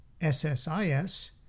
SSIS